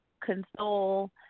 console